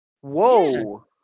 Whoa